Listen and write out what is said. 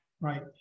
right